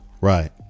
Right